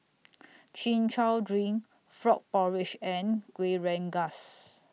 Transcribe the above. Chin Chow Drink Frog Porridge and Kueh Rengas